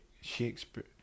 Shakespeare